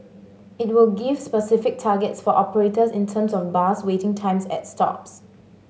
it will give specific targets for operators in terms of bus waiting times at stops